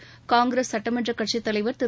னங்கிரஸ் சட்டமன்ற கட்சித் தலைவர் திரு